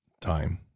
time